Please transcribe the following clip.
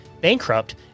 bankrupt